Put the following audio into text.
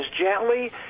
gently